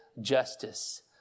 justice